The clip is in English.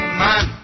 man